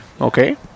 okay